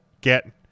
get